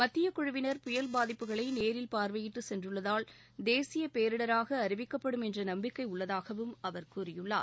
மத்தியக் குழுவினர் புயல் பாதிப்புகளை நேரில் பார்வையிட்டு சென்றுள்ளதால் தேசியப் பேரிடராக அறிவிக்கப்படும் என்ற நம்பிக்கை உள்ளதாகவும் அவர் கூறியுள்ளார்